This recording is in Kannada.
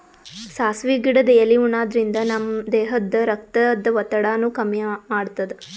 ಸಾಸ್ವಿ ಗಿಡದ್ ಎಲಿ ಉಣಾದ್ರಿನ್ದ ನಮ್ ದೇಹದ್ದ್ ರಕ್ತದ್ ಒತ್ತಡಾನು ಕಮ್ಮಿ ಮಾಡ್ತದ್